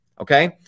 okay